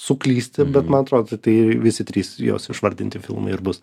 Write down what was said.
suklysti bet man atrodo tai visi trys jos išvardinti filmai ir bus